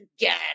again